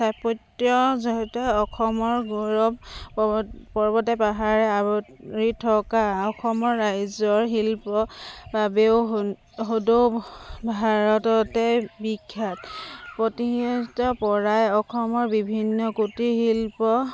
স্থাপত্য জড়িত অসমৰ গৌৰৱ পৰ্বতে পাহাৰে আৱৰি থকা অসমৰ ৰাজ্যৰ শিল্পৰ বাবেও সদৌ ভাৰততে বিখ্যাত অতীতৰপৰাই অসমৰ বিভিন্ন কুটীৰ শিল্প